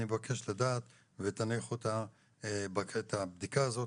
אני מבקש לדעת ותניחו את הבדיקה הזאת